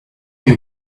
you